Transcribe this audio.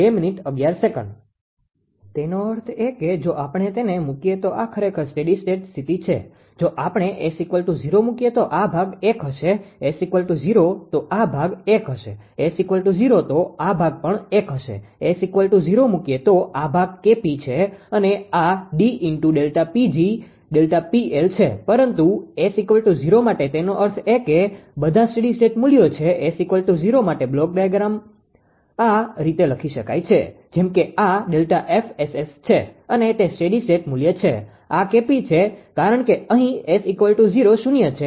તેનો અર્થ એ કે જો આપણે તેને મુકીએ તો આ ખરેખર સ્ટેડી સ્ટેટ સ્થિતિ છે જો આપણે S૦ મૂકીએ તો આ ભાગ 1 હશે S૦ તો આ ભાગ 1 હશે S૦ તો આ ભાગ પણ 1 હશે S૦ મૂકીએ તો આ ભાગ 𝐾𝑝 છે અને આ d ΔPg ΔPL છે પરંતુ S૦ માટે તેનો અર્થ એ કે બધા સ્ટેડી સ્ટેટ મુલ્યો છે S૦ માટે બ્લોક ડાયાગ્રામ આ રીતે લખી શકાય છે જેમ કે આ ΔFSS છે અને તે સ્ટેડી સ્ટેટ મુલ્ય છે આ 𝐾𝑝 છે કારણ કે અહી S૦ શૂન્ય છે